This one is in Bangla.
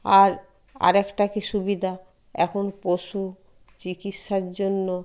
আর আর একটা কী সুবিধা এখন পশু চিকিৎসার জন্য